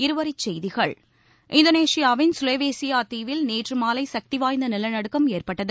இருவரி செய்திகள் இந்தோனேஷியாவின் சுலேவேசியா தீவில் நேற்று மாலை சக்திவாய்ந்த நிலநடுக்கம் ஏற்பட்டது